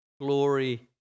Glory